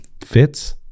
fits